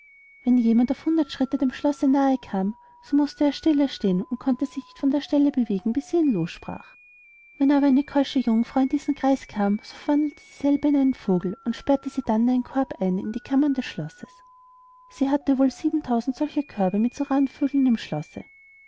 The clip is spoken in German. wenn jemand auf hundert schritte dem schloß nahe kam so mußte er stille stehn und konnte sich nicht von der stelle bewegen bis sie ihn lossprach wenn aber eine keusche jungfrau in diesen kreis kam so verwandelte sie dieselbe in einen vogel und sperrte sie dann in einen korb ein in die kammern des schlosses sie hatte wohl sieben tausend solcher körbe mit so raren vögeln im schlosse